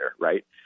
right